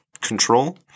control